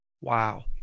Wow